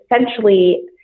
essentially